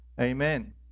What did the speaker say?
Amen